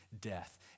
death